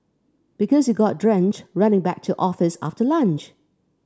because you got drenched running back to office after lunch